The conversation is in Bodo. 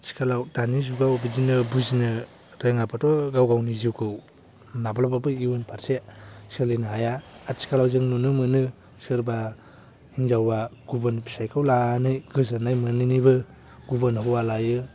आथिखालाव दानि जुगाव बिदिनो बुजिनो रोङाबाथ' गाव गावनि जिउखौ माब्लाबाबो इयुन फारसे सोलिनो हाया आथिखालावजों नुनो मोनो सोरबा हिनजावया गाबुन फिसायखौ लानानैबो गोजोननाय मोनैनि गुबुन हौवा लायो